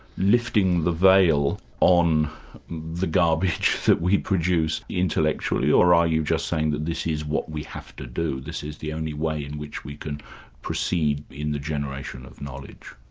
lifting the veil on the garbage that we produce intellectually or are you just saying that this is what we have to do, this is the only way in which we can proceed in the generation of knowledge?